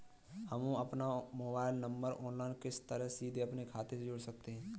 हम अपना mobile number online किस तरह सीधे अपने खाते में जोड़ सकते हैं?